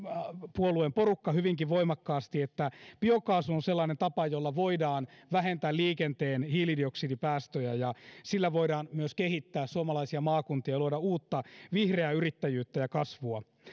puolueen porukka hyvinkin voimakkaasti että biokaasu on sellainen tapa jolla voidaan vähentää liikenteen hiilidioksidipäästöjä ja sillä voidaan myös kehittää suomalaisia maakuntia ja luoda uutta vihreää yrittäjyyttä ja kasvua